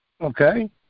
okay